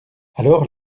alors